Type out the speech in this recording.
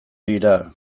dira